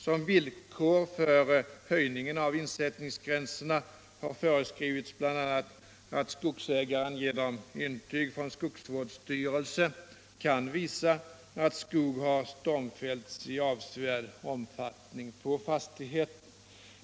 Som villkor för höj» — ningen av insättningsgränserna har föreskrivits bl.a. att skogsägaren Om vidgad rätt att genom intyg från skogsvårdsstyrelse kan visa att skog har stormfällts avsätta medel på i avsevärd omfattning på fastigheten.